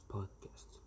Podcast